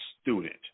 student